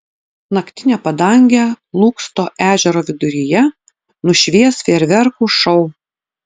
naktinę padangę lūksto ežero viduryje nušvies fejerverkų šou